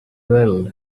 well